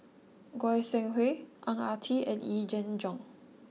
Goi Seng Hui Ang Ah Tee and Yee Jenn Jong